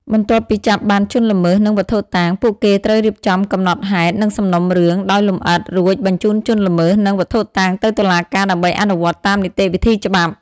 បន្ទាប់ពីចាប់បានជនល្មើស និងវត្ថុតាង ពួកគេត្រូវរៀបចំ កំណត់ហេតុ និងសំណុំរឿង ដោយលម្អិត រួចបញ្ជូនជនល្មើស និងវត្ថុតាងទៅតុលាការដើម្បីអនុវត្តតាមនីតិវិធីច្បាប់។